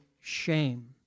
shame